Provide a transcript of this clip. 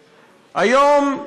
היום,